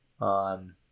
on